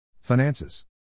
Finances